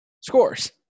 scores